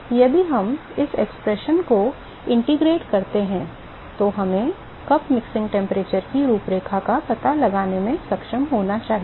तो अब यदि हम इस व्यंजक को एकीकृत करते हैं तो हमें कप मिश्रण तापमान की रूपरेखा का पता लगाने में सक्षम होना चाहिए